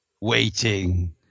waiting